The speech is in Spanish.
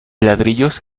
ladrillos